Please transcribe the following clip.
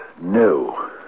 No